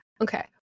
Okay